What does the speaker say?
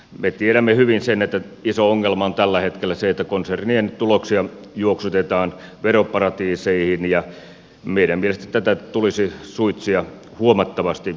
me tiedämme hyvin sen että iso ongelma on tällä hetkellä se että konsernien tuloksia juoksutetaan veroparatiiseihin ja meidän mielestämme tätä tulisi suitsia huomattavasti aktiivisemmin